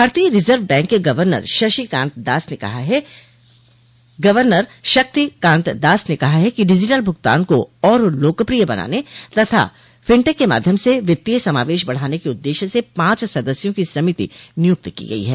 भारतीय reserve bank के governor Shaktikanta Das ने कहा है कि डिजिटल भुगतान को और लाकप्रिय बनाने तथा फिनटेक के माध्यम से वित्तीय समावेश बढ़ाने के उद्देश्य से पाच सदस्यों की समिति नियुक्त की गई है